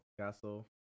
Caso